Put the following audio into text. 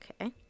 okay